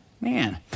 man